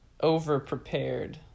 over-prepared